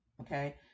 Okay